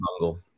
Bungle